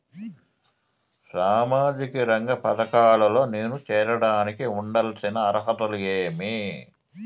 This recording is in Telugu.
సామాజిక రంగ పథకాల్లో నేను చేరడానికి ఉండాల్సిన అర్హతలు ఏమి?